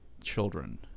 Children